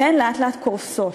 והן לאט-לאט קורסות.